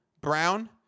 Brown